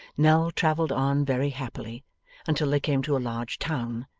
nell travelled on very happily until they came to a large town,